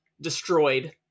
destroyed